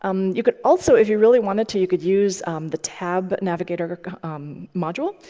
um you could also if you really wanted to, you could use the tab navigator um module.